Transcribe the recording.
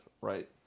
right